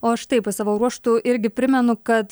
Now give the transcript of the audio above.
o štai pi savo ruožtu irgi primenu kad